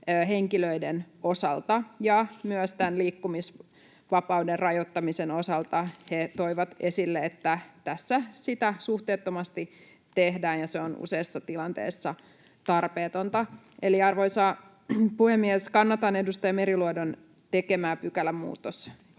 henkilöiden osalta. Myös tämän liikkumisvapauden rajoittamisen osalta he toivat esille, että tässä sitä suhteettomasti tehdään ja se on useassa tilanteessa tarpeetonta. Eli, arvoisa puhemies, kannatan edustaja Meriluodon tekemiä pykälämuutosehdotuksia.